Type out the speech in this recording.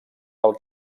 pel